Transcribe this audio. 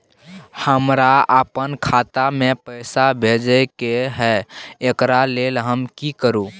हमरा अपन खाता में पैसा भेजय के है, एकरा लेल हम की करू?